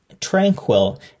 tranquil